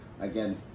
Again